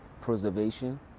preservation